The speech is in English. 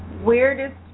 Weirdest